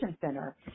center